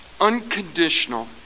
unconditional